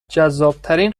جذابترین